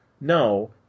No